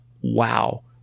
wow